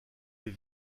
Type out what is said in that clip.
les